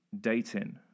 dating